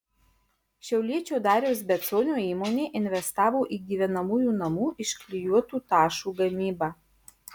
šiauliečio dariaus beconio įmonė investavo į gyvenamųjų namų iš klijuotų tašų gamybą